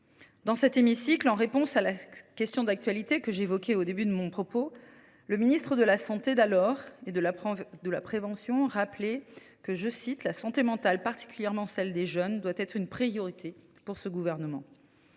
Dans cet hémicycle, en réponse à la question d’actualité que j’évoquais au début de mon propos, le ministre de la santé et de la prévention d’alors rappelait que « la santé mentale, particulièrement celle des jeunes, doit être une priorité pour ce gouvernement